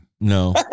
No